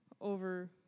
over